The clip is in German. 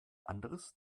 anderes